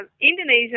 Indonesia